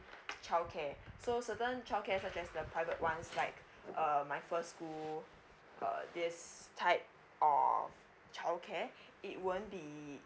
childcare so certain childcare such as the private ones like err my first school uh this type of childcare it won't be